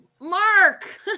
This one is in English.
Mark